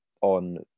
on